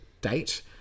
date